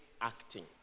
acting